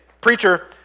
preacher